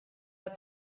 hat